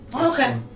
Okay